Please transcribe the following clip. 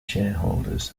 shareholders